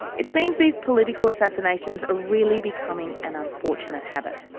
it seems these political assassinations are really becoming an unfortunate habit.